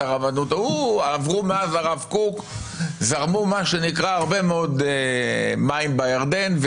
מאז הרב קוק זרמו הרבה מאוד מים בירדן,